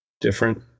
different